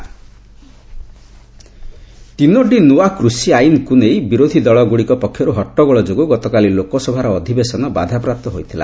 ଲୋକସଭା ତିନୋଟି ନୂଆ କୃଷି ଆଇନ୍କୁ ନେଇ ବିରୋଧୀ ଦଳଗୁଡ଼ିକ ପକ୍ଷରୁ ହଟ୍ଟଗୋଳ ଯୋଗୁଁ ଗତକାଲି ଲୋକସଭାର ଅଧିବେଶନ ବାଧାପ୍ରାପ୍ତ ହୋଇଥିଲା